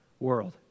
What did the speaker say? World